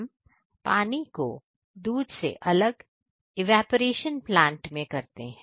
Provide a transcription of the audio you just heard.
हम पानी को दूध से अलग इवेपरेशन प्लांट में करते हैं